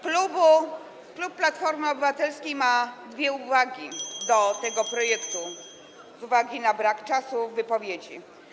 Klub Platformy Obywatelskiej ma dwie uwagi [[Gwar na sali, dzwonek]] do tego projektu z uwagi na brak czasu na wypowiedzi.